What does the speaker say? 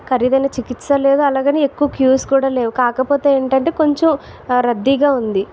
ఖరీదైన చికిత్స లేదు అలాగని ఎక్కువ క్యూస్ కూడా లేవు కాకపోతే ఏంటంటే కొంచెం రద్దీగా ఉంది